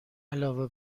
علاوه